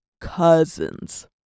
Cousins